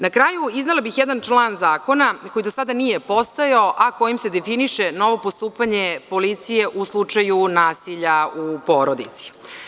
Na kraju, iznela bih jedan član zakona koji do sada nije postojao, a kojim se definiše novo postupanje policije u slučaju nasilja u porodici.